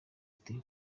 ati